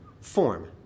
form